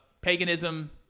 paganism